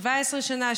17 שנה,